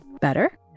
better